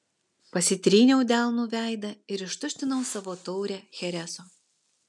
pasitryniau delnu veidą ir ištuštinau savo taurę chereso